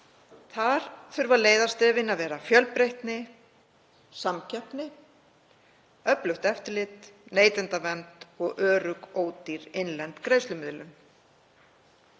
Þar þurfa leiðarstefin að vera fjölbreytni, samkeppni, öflugt eftirlit, neytendavernd og örugg ódýr innlend greiðslumiðlun.